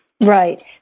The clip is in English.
Right